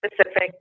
specific